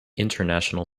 international